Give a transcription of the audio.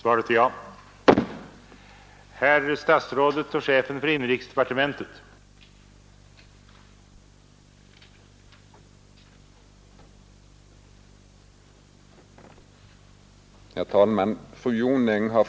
Man kan i alla fall ha vissa principiella uppfattningar.